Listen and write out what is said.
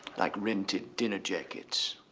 like rented dinner jackets,